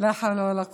בוקר טוב, ערבים.